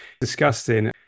disgusting